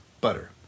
Butter